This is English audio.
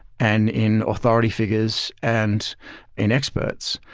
and in authority figures, and in experts.